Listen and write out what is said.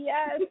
Yes